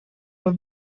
will